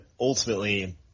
ultimately